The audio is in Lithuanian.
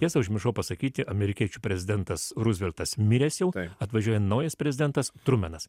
tiesa užmiršau pasakyti amerikiečių prezidentas ruzveltas miręs jau atvažiuoja naujas prezidentas trumenas